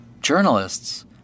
Journalists